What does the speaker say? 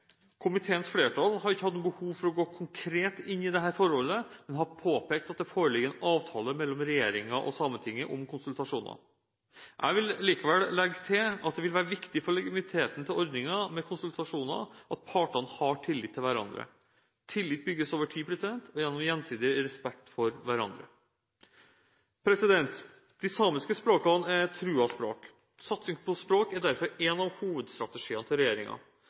Komiteens flertall har ikke hatt noe behov for å gå konkret inn i dette forholdet, men har påpekt at det foreligger en avtale mellom regjeringen og Sametinget om konsultasjoner. Jeg vil likevel legge til at det vil være viktig for legitimiteten til ordningen med konsultasjoner at partene har tillit til hverandre. Tillit bygges over tid og gjennom gjensidig respekt for hverandre. De samiske språkene er truede språk. Satsing på språk er derfor en av hovedstrategiene til